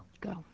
Go